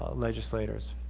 ah legislators.